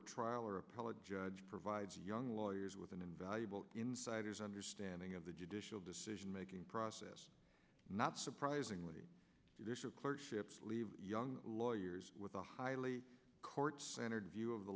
a trial or appellate judge provides young lawyers with an invaluable insider's understanding of the judicial decision making process not surprisingly clerkship leave young lawyers with a highly court centered view of the